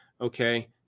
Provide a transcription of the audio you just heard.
okay